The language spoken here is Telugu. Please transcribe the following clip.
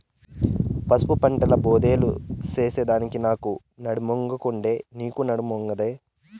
పసుపు పంటల బోదెలు చేసెదానికి నాకు నడుమొంగకుండే, నీకూ నడుమొంగకుండాదే